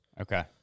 Okay